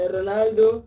Ronaldo